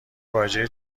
واژه